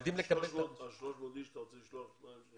בשביל 300 אנשים אתה רוצה לשלוח שני קונסולים?